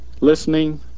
listening